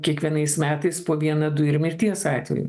kiekvienais metais po vieną du ir mirties atvejį